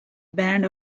band